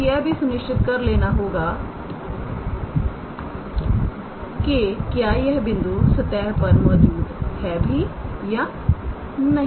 आपको यह भी सुनिश्चित कर लेना होगा कि क्या यह बिंदु सतह पर मौजूद है भी या नहीं